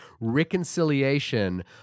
reconciliation